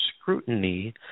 scrutiny